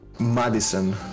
Madison